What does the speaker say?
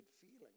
feeling